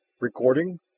Recording